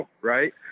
right